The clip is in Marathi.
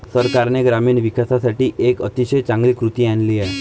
सरकारने ग्रामीण विकासासाठी एक अतिशय चांगली कृती आणली आहे